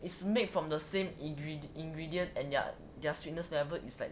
it's made from the same ingredient and ya their sweetness level is like